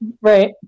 Right